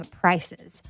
prices